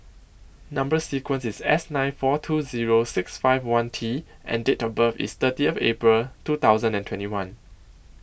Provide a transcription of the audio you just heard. Number sequence IS S nine four two Zero six five one T and Date of birth IS thirty April two thousand and twenty one